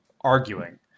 arguing